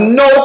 no